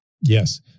Yes